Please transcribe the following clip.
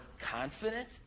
confident